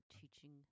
teaching